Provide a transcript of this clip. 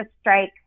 strike